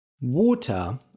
Water